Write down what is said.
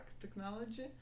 technology